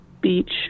Beach